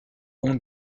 ont